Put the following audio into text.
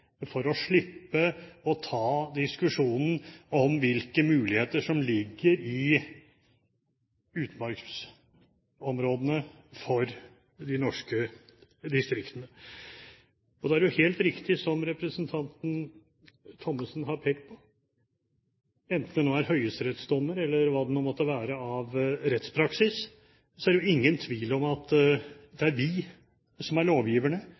for å slippe å ta diskusjonen om hvilke muligheter som ligger i utmarksområdene for de norske distriktene. Da er det jo helt riktig som representanten Thommessen har pekt på – enten det er høyesterettsdommer, eller hva det måtte være av rettspraksis – at det er ingen tvil om at det er vi som er lovgiverne.